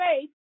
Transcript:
faith